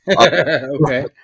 Okay